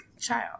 child